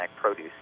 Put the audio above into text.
produce